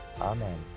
Amen